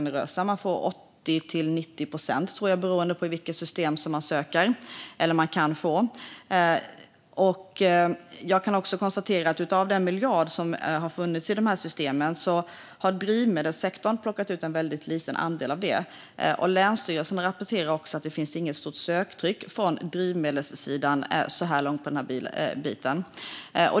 Jag tror att man kan få 80-90 procent, beroende på i vilket system som man söker. Jag kan också konstatera att drivmedelssektorn har plockat ut en väldigt liten andel av den miljard som har funnits i de här systemen. Och länsstyrelsen rapporterar att det så här långt inte är något stort söktryck från drivmedelssidan på den biten.